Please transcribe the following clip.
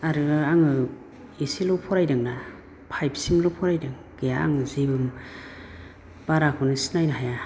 आरो आङो एसेल' फरायदोंना फाइभसिमल' फरायदों गैया आङो जेबो बाराखौनो सिनायनो हाया